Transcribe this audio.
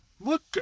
Look